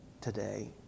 today